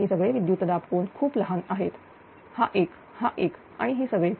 हे सगळे विद्युत दाब कोन खूप लहान आहेत हा एक हा एक आणि हे सगळे